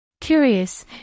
Curious